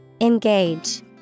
Engage